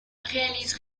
réalise